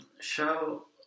show